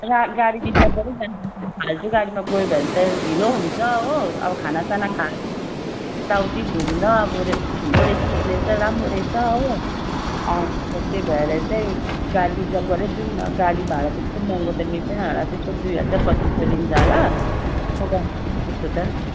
र गाडी रिजर्भ गरेरै जानु पर्छ नि फाल्तु गाडीमा गयो भने त ढिलो हुन्छ हो अब खाना साना खाएर यता उता घुम्दा अब ठुलो रेस्टुरेन्ट रहेछ राम्रो रहेछ हो अन्त त्यही भएर चाहिँ गाडी रिजर्भ गरेर जाऊँ न गाडी भाडा त्यस्तो महँगो त लिइँदैन होला त्यसको दुई हजार पच्चिस सय लिन्छ होला प्रोग्राम चाहिँ त्यस्तो छ